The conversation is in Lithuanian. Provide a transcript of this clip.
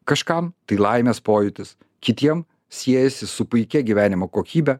kažkam tai laimės pojūtis kitiem siejasi su puikia gyvenimo kokybe